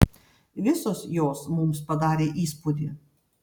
visos jos mums padarė įspūdį